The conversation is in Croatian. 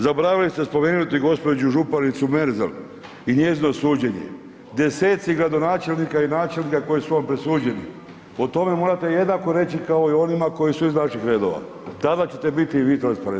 Zaboravili ste spomenuti gđu. županicu Merzel i njezino suđenje, deseci gradonačelnika i načelnika koji su vam presuđeni, o tome morate jednako reći kao i o onima koji su iz naših redova, tada ćete biti vi transparentni.